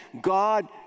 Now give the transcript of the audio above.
God